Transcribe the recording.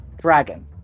dragon